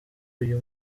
uyu